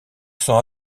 sent